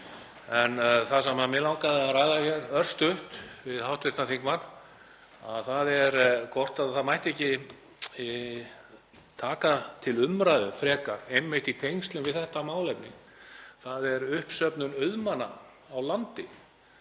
En það sem mig langaði að ræða hér örstutt við hv. þingmann er hvort það mætti ekki taka til umræðu frekar, einmitt í tengslum við þetta málefni, uppsöfnun auðmanna á landi